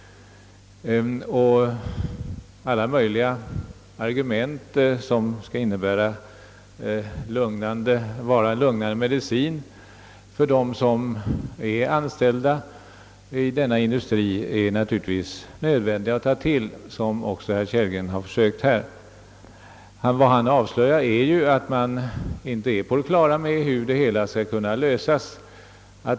Alla möjliga argument som kan vara en lugnande medicin för dem som är anställda i denna industri är naturligtvis nödvändiga att ta till, vilket också herr Kellgren här har försökt. Vad han avslöjar är ju att man inte är på det klara med hur problemet skall kunna lösas.